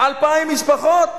2,000 משפחות,